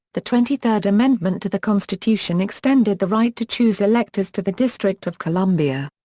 the twenty third amendment to the constitution extended the right to choose electors to the district of columbia.